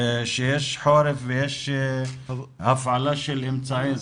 כשיש חורף, כשיש הפעלה של אמצעי חימום.